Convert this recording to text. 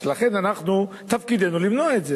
לכן, אנחנו, תפקידנו למנוע את זה.